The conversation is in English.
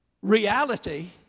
reality